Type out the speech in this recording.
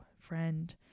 friend